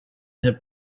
had